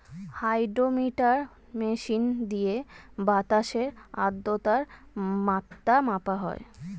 hydrometer machine দিয়ে বাতাসের আদ্রতার মাত্রা মাপা হয়